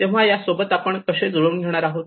तेव्हा या सोबत आपण कसे जुळवून घेणार आहोत